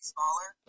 smaller